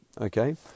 okay